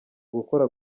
gukora